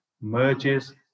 merges